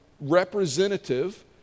representative